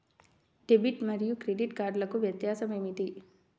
Debit మరియు credit కార్డ్లకు వ్యత్యాసమేమిటీ?